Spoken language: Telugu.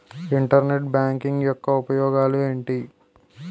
ఇంటర్నెట్ బ్యాంకింగ్ యెక్క ఉపయోగాలు ఎంటి?